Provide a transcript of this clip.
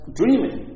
dreaming